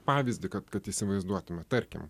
pavyzdį kad kad įsivaizduotume tarkim